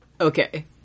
Okay